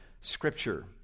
scripture